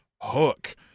Hook